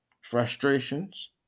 frustrations